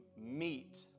meet